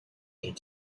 need